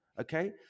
okay